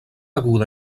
aguda